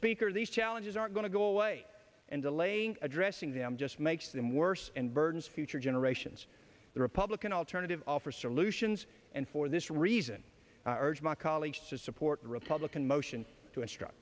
speaker these challenges are going to go away and delaying addressing them just makes them worse and burdens future generations the republican alternative offer solutions and for this reason urged my colleagues to support the republican motion to instruct